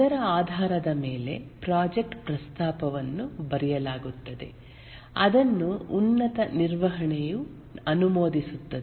ಅದರ ಆಧಾರದ ಮೇಲೆ ಪ್ರಾಜೆಕ್ಟ್ ಪ್ರಸ್ತಾಪವನ್ನು ಬರೆಯಲಾಗುತ್ತದೆ ಅದನ್ನು ಉನ್ನತ ನಿರ್ವಹಣೆಯು ಅನುಮೋದಿಸುತ್ತದೆ